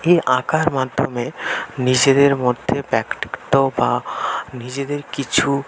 এই আঁকার মাধ্যমে নিজেদের মধ্যে ব্যক্তিত্ব বা নিজেদের কিছু